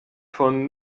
von